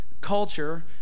culture